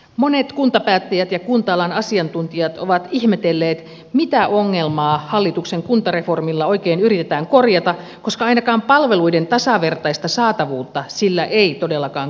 monet kuntapäättäjät ja kunta alan asiantuntijat ovat ihmetelleet mitä ongelmaa hallituksen kuntareformilla oikein yritetään korjata koska ainakaan palveluiden tasavertaista saatavuutta sillä ei todellakaan korjata